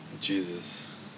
Jesus